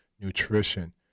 nutrition